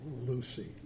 Lucy